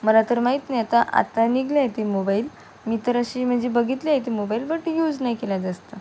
मला तर माहीत नाही आता आता निघाली आहे ती मोबाईल मी तर अशी म्हणजे बघितली आहे ती मोबाईल बट यूज नाही केला जास्त